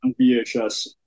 VHS